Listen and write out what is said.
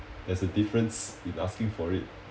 there's a difference in asking for it